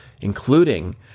including